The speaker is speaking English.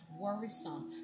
worrisome